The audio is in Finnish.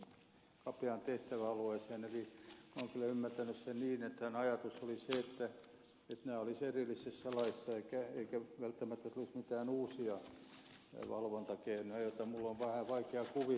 eli minä olen kyllä ymmärtänyt sen niin että hänen ajatuksensa oli se että nämä olisivat erillisessä laissa eikä välttämättä tulisi mitään uusia valvontakeinoja joita minun on vähän vaikea kuvitellakaan